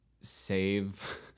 save